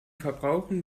verbrauchen